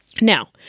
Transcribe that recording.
Now